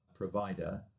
provider